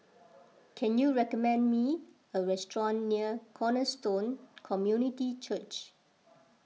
can you recommend me a restaurant near Cornerstone Community Church